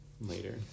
later